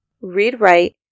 Read-Write